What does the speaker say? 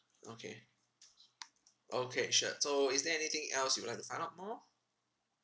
okay okay sure so is there anything else you'd like to find out more